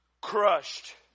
crushed